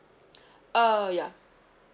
err ya